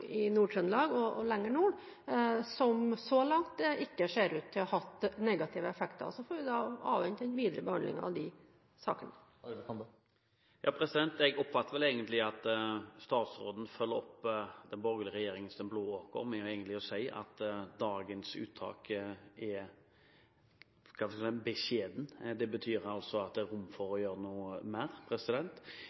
lenger nord, som så langt ikke ser ut til å ha hatt negative effekter. Så får vi avvente videre behandling av de sakene. Jeg oppfatter at statsråden følger opp den borgerlige regjerings «Den blå åker», når hun innleder med å si at dagens uttak er beskjedent. Det betyr altså at det er rom for å gjøre noe mer.